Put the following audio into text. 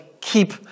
keep